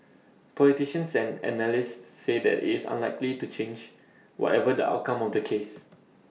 politicians and analysts say that is unlikely to change whatever the outcome of the cases